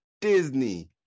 Disney